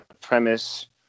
premise